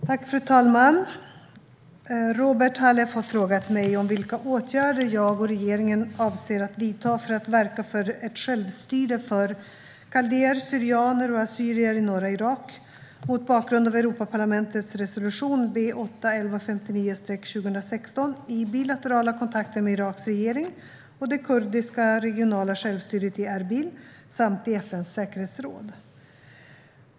Svar på interpellationer Fru talman! Robert Halef har frågat mig om vilka åtgärder jag och regeringen avser att vidta för att verka för ett självstyre för kaldéer, syrianer och assyrier i norra Irak mot bakgrund av Europaparlamentets resolution B8-1159/2016 i bilaterala kontakter med Iraks regering och det kurdiska regionala självstyret i Erbil samt i FN:s säkerhetsråd.